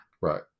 Right